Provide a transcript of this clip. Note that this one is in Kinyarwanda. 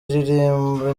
iririmba